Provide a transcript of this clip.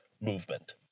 movement